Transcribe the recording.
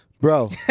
Bro